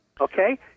Okay